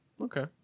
Okay